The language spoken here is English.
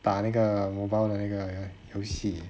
打那个 mobile 的那个游戏